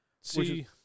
See